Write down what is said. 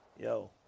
Yo